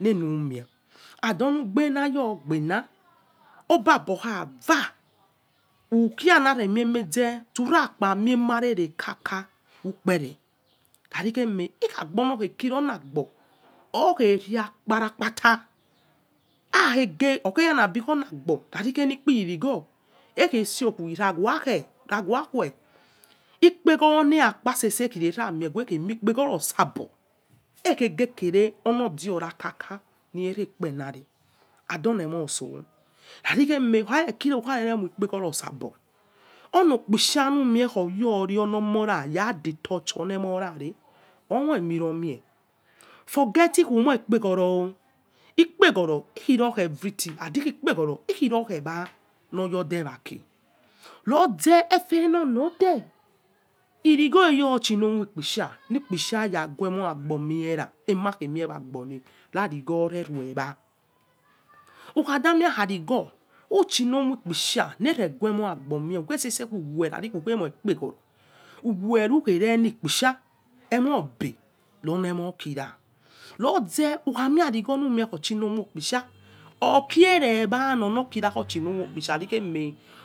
Nemence and onugbenryogbene oba ba ̃õkhava ukia, mavemiemeze urak pamiemerere kates ikpere rarieme-lkhagbo nokheh kironggoo okheria kparkpata akhege okreyinabions joni agbo variri enerpiyinigko ekhe stokuni nawakue ispegoro neralepa sesekhireramiewe akhenirkpgoro osabo akhegekere onodiorakaka meere kpenan and oniemo otso navirikheme ukhanere king womoikpegono osabo onokpisany mie khoyori, onomora yadebo chi onemorare omoieneromil forgetri kumoikpgoro o kregoro ichirokhe exerything and apegoro khookhegba noyode waki roze efe nonode irigho eyochitomoi ikpesha nikpisa rague emo agbomiera emakhemie wagbo haraghore riiegba ukhadamice khari gho nominowok piste noreguemo asbo mielukke sese weh raviukhiemoirejo ro, werukhere ni kpisha, emobe rone mokira roze ukhani arigojnu mir koshinomokpisha okieregbanono kiraochiyokpisah,